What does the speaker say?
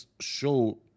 show